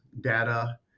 data